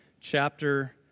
chapter